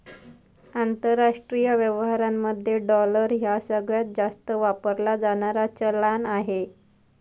आंतरराष्ट्रीय व्यवहारांमध्ये डॉलर ह्या सगळ्यांत जास्त वापरला जाणारा चलान आहे